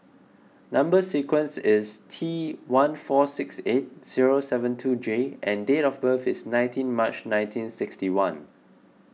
Number Sequence is T one four six eight zero seven two J and date of birth is nineteen March nineteen sixty one